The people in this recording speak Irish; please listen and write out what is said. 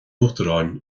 uachtaráin